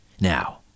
Now